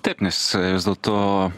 taip nes vis dėlto